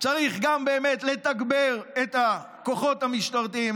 צריך לתגבר את הכוחות המשטרתיים,